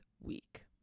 week